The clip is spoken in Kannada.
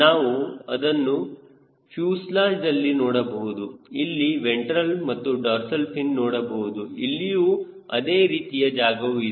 ನಾವು ಇದನ್ನು ಫ್ಯೂಸೆಲಾಜ್ದಲ್ಲಿ ನೋಡಬಹುದು ಅಲ್ಲಿ ವೆಂಟ್ರಲ್ ಮತ್ತು ಡಾರ್ಸಲ್ ಫಿನ್ ನೋಡಬಹುದು ಇಲ್ಲಿಯೂ ಅದೇ ರೀತಿಯ ಜಾಗವು ಇದೆ